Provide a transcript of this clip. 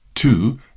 Two